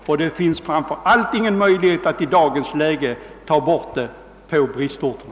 Det finns i dagens läge framför allt ingen möjlighet att ta bort lagskyddet i bristorterna.